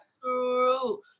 true